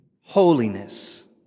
Holiness